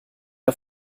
auf